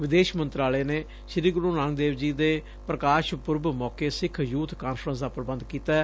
ਵਿਦੇਸ਼ ਮੰਤਰਾਲੇ ਨੇ ਸ੍ਰੀ ਗੁਰੂ ਨਾਨਕ ਦੇਵ ਜੀ ਦੇ ਪ੍ਕਾਸ਼ ਪੁਰਬ ਮੌਕੇ ਸਿੱਖ ਯੂਥ ਕਾਨਫਰੰਸ ਦਾ ਪ੍ਬੰਧ ਕੀਤੈ